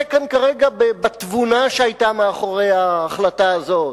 מתעסק כאן כרגע בתבונה שהיתה מאחורי ההחלטה הזאת,